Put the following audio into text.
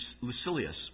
Lucilius